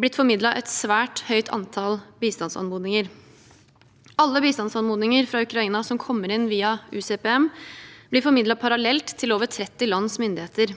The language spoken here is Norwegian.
blitt formidlet et svært høyt antall bistandsanmodninger. Alle bistandsanmodninger fra Ukraina som kommer inn via UCPM, blir formidlet parallelt til over 30 lands myndigheter.